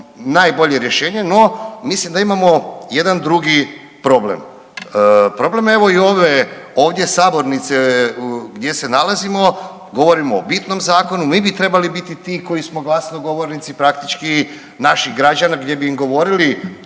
najbolje rješenje, no mislim da imamo jedan drugi problem. Problem je evo i ove ovdje sabornice gdje se nalazimo. Govorimo o bitnom zakonu. Mi bi trebali biti ti koji smo glasnogovornici praktički naših građana gdje bi im govorili